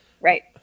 Right